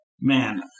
Man